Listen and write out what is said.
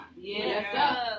Yes